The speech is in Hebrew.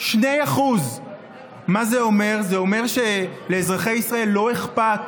2%. מה זה אומר, זה אומר שלאזרחי ישראל לא אכפת